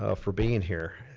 ah for bein' here,